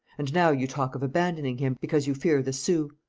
and now you talk of abandoning him, because you fear the sioux.